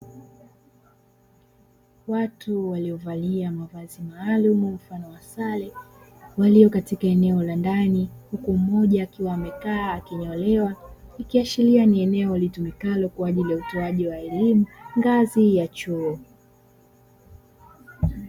Watu waliovalia mavazi maalumu mfano wa sare, wakiwa katika eneo la ndani huku mmoja akiwa amekaa akinyolewa, ikiashiria ni eneo litumikalo kwa ajili ya utoaji wa elimu ngazi ya chuo.